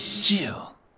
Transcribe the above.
Jill